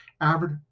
Average